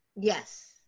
Yes